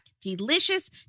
delicious